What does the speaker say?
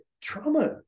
trauma